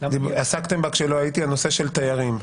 עסקתם בה כשלא הייתי - נושא תיירים.